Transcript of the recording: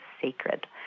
sacred